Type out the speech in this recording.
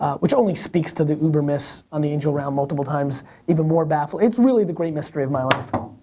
which only speaks to the uber miss on the angel round multiple times even more baffling. it's really the great mystery of my